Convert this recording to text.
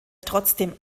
trotzdem